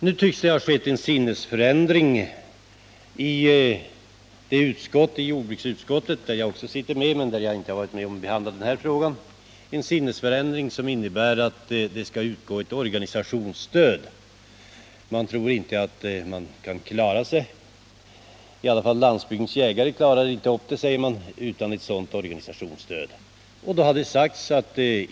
Nu tycks det ha skett en sinnesförändring i jordbruksutskottet — där jag också är ledamot, även om jag inte har varit med vid behandlingen av den här frågan — som innebär att det skall utgå ett organisationsstöd. Åtminstone Jägarnas riksförbund-Landsbygdens jägare klarar inte verksamheten utan ett sådant organisationsstöd, säger utskottet.